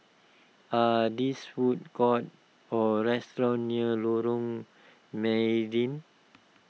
are this food courts or restaurants near Lorong Mydin